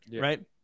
right